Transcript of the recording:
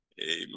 Amen